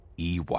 EY